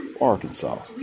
Arkansas